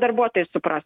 darbuotojai supras